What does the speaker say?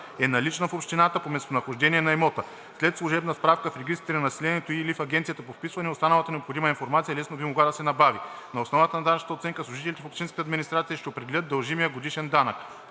е налична в общината по местонахождение на имота. След служебна справка в регистрите на населението и/или в Агенцията по вписванията останалата необходима информация лесно би могла да се набави. На основата на данъчната оценка служителите в общинската администрация ще определят дължимия годишен данък.